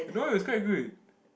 you know it was quite good